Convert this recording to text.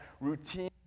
routine